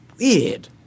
weird